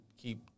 keep